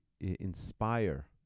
inspire